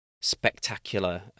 spectacular